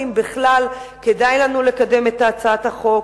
אם בכלל כדאי לנו לקדם את הצעת החוק,